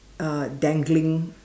uh dangling